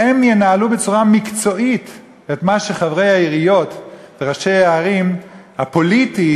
שהם ינהלו בצורה מקצועית את מה שחברי העיריות וראשי הערים הפוליטיים,